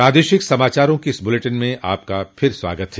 प्रादेशिक समाचारों के इस बुलेटिन में आपका फिर से स्वागत है